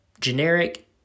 generic